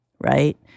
right